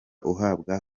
uhabwa